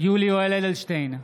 יולי יואל אדלשטיין,